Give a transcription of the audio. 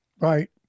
Right